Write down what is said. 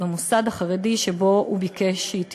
במוסד החרדי שבו הוא ביקש שהיא תלמד.